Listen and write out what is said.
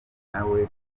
nawe